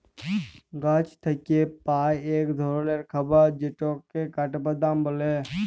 গাহাচ থ্যাইকে পাই ইক ধরলের খাবার যেটকে কাঠবাদাম ব্যলে